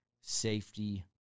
safety